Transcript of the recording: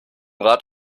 rat